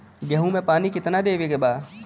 गेहूँ मे पानी कितनादेवे के बा?